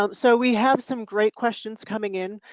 um so we have some great questions coming in.